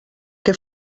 què